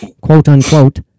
quote-unquote